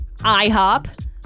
IHOP